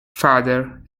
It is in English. father